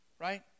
right